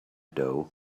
dough